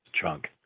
chunk